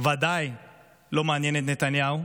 ודאי לא מעניין את נתניהו.